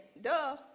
Duh